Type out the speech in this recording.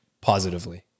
positively